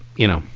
you know,